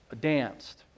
danced